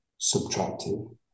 subtractive